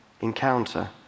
encounter